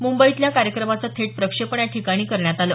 मुंबईतल्या कार्यक्रमाचं थेट प्रक्षेपण या ठिकाणी करण्यात आलं